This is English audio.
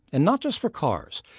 and not just for cars.